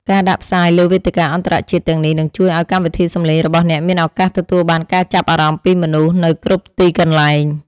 ការដាក់ផ្សាយលើវេទិកាអន្តរជាតិទាំងនេះនឹងជួយឱ្យកម្មវិធីសំឡេងរបស់អ្នកមានឱកាសទទួលបានការចាប់អារម្មណ៍ពីមនុស្សនៅគ្រប់ទីកន្លែង។